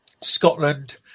Scotland